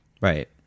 Right